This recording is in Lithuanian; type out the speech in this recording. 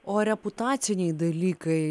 o reputaciniai dalykai